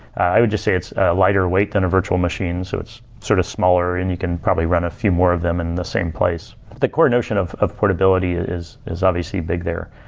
i would just say it's lighter weight than a virtual machine, so it's sort of smaller and you can probably run a few more of them in the same place the core notion of of portability is is obviously big there.